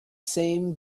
same